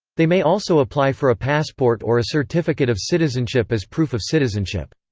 they may also apply for a passport or a certificate of citizenship as proof of citizenship.